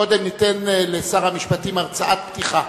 קודם ניתן לשר המשפטים הרצאת פתיחה.